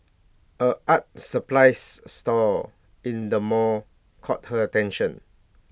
A art supplies store in the mall caught her attention